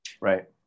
right